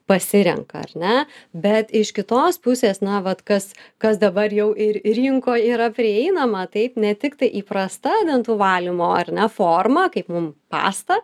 pasirenka ar ne bet iš kitos pusės na vat kas kas dabar jau ir rinkoj yra prieinama taip ne tik tai įprasta dantų valymo ar ne forma kaip mums pasta